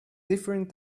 different